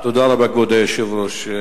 תודה רבה, כבוד היושב-ראש.